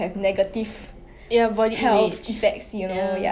like 因为 like you mean health is one issue